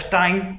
time